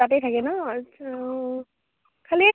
তাতেই থাকে ন আচ্ছা অঁ খালি